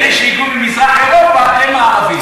אלה שהגיעו ממזרח-אירופה, מערביים.